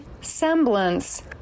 semblance